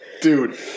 Dude